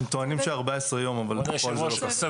הם טוענים ש-14 יום, אבל בפועל זה לא ככה.